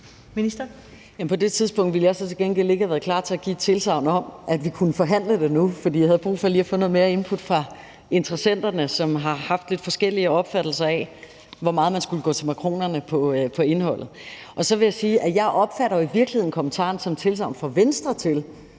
På det tidspunkt ville jeg til gengæld ikke have været klar til at give et tilsagn om, at vi kunne forhandle det, for jeg havde brug for lige at få noget mere input fra interessenterne, som har haft lidt forskellige opfattelser af, hvor meget man skulle gå til makronerne rent indholdsmæssigt. Og så vil jeg sige,